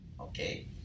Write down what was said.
Okay